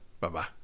Bye-bye